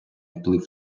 вплив